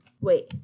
Wait